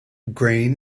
green